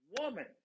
Woman